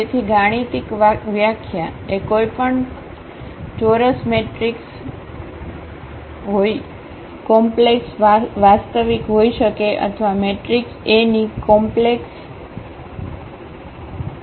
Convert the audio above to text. તેથી ગાણિતિક વ્યાખ્યા એ કોઈપણ ચોરસ મેટ્રિક્સ હોઈએ કોમ્પ્લેક્સ વાસ્તવિક હોઈ શકે અથવા મેટ્રિક્સ એ ની કોમ્પ્લેક્સકોમ્પ્લેક્સ હોઈ શકે છે